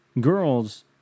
Girls